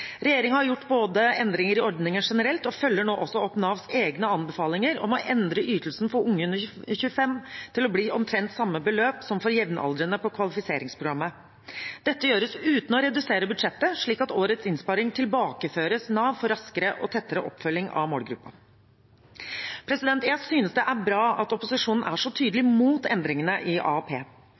følger nå også opp Navs egne anbefalinger om å endre ytelsen for unge under 25 til å bli omtrent samme beløp som for jevnaldrende på kvalifiseringsprogrammet. Dette gjøres uten å redusere budsjettet, slik at årets innsparing tilbakeføres Nav for raskere og tettere oppfølging av målgruppen. Jeg synes det er bra at opposisjonen er så tydelig imot endringene i AAP.